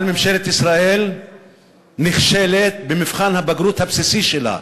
אבל ממשלת ישראל נכשלת במבחן הבגרות הבסיסי שלה